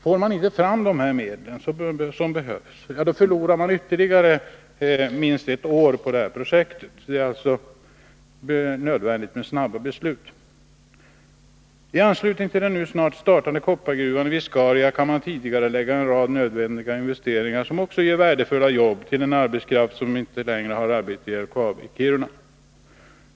Får man inte fram de medel som behövs förlorar man ytterligare minst ett år för detta projekt. Det är alltså nödvändigt med snabba beslut. I anslutning till den nu snart startade koppargruvan Viscaria kan man tidigarelägga en rad nödvändiga investeringar som också ger värdefulla jobb till den arbetskraft som inte längre har arbete vid LKAB i Kiruna.